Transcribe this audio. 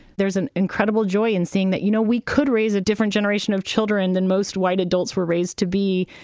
there's an incredible joy in seeing that, you know, we could raise a different generation of children than most white adults were raised to be.